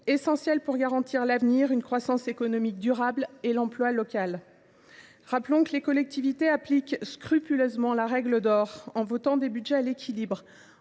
essentiel pour garantir l’avenir, une croissance économique durable et l’emploi local. Rappelons aussi que les collectivités appliquent scrupuleusement la règle d’or en votant des budgets à l’équilibre,